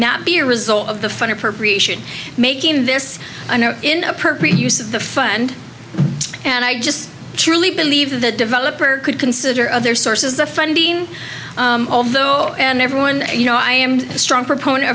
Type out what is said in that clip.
not be a result of the phony appropriation making this an inappropriate use of the fund and i just truly believe the developer could consider other sources the funding although and everyone you know i am a strong proponent